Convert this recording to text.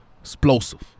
explosive